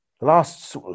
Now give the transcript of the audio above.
last